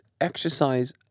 exercise